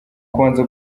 kubanza